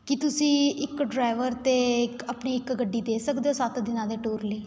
ਕੀ ਤੁਸੀਂ ਇੱਕ ਡਰਾਈਵਰ ਅਤੇ ਇੱਕ ਆਪਣੀ ਇੱਕ ਗੱਡੀ ਦੇ ਸਕਦੇ ਹੋ ਸੱਤ ਦਿਨਾਂ ਦੇ ਟੂਰ ਲਈ